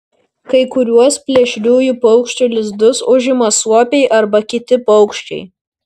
kai kuriuos plėšriųjų paukščių lizdus užima suopiai arba kiti paukščiai